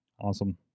Awesome